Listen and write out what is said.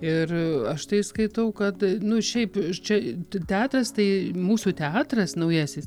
ir aš tai skaitau kad nu šiaip čia t teatras tai mūsų teatras naujasis